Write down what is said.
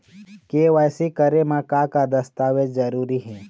KYC करे म का का दस्तावेज जरूरी हे?